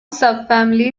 subfamily